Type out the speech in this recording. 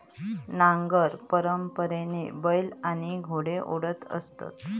नांगर परंपरेने बैल आणि घोडे ओढत असत